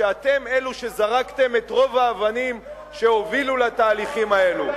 כשאתם אלו שזרקתם את רוב האבנים שהובילו לתהליכים האלו?